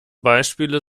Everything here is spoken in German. beispiele